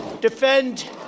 defend